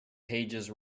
pages